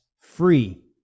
free